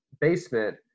basement